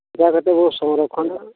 ᱪᱮᱠᱟ ᱠᱟᱛᱮᱜᱵᱩ ᱥᱚᱝᱨᱚᱠᱷᱚᱱᱟ